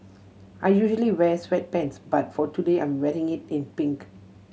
I usually wear sweatpants but for today I'm wearing it in pink